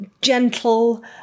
Gentle